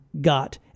got